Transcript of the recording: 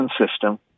system